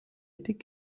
tik